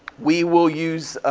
we will use,